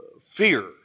fear